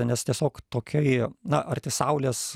nes tiesiog tokia ji na arti saulės